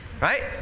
Right